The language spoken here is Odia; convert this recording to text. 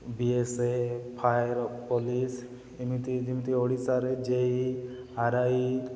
ବି ଏସ୍ ଏଫ୍ ଫାୟର୍ ପୋଲିସ୍ ଏମିତି ଯେମିତି ଓଡ଼ିଶାରେ ଜେ ଇ ଆର୍ ଆଇ